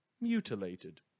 mutilated